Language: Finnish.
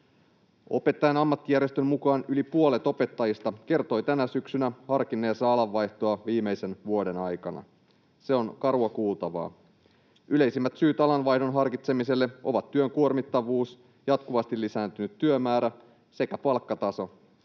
Opettajien Ammattijärjestön mukaan yli puolet opettajista kertoi tänä syksynä harkinneensa alanvaihtoa viimeisen vuoden aikana. Se on karua kuultavaa. Yleisimmät syyt alanvaihdon harkitsemiselle ovat työn kuormittavuus, jatkuvasti lisääntynyt työmäärä sekä palkkataso.